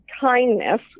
kindness